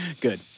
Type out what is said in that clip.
Good